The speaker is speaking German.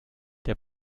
der